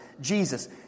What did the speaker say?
Jesus